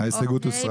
ההסתייגות הוסרה.